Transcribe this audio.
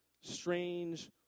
strange